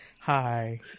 Hi